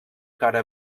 cara